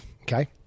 okay